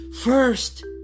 first